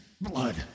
blood